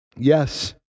Yes